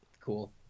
Cool